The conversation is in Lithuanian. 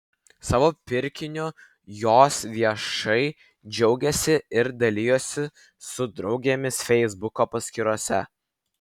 savo pirkiniu jos viešai džiaugėsi ir dalijosi su draugėmis feisbuko paskyrose